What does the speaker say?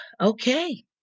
Okay